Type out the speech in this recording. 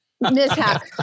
mishap